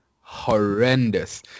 horrendous